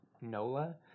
NOLA